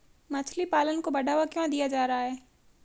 मछली पालन को बढ़ावा क्यों दिया जा रहा है?